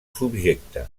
subjecte